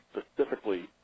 specifically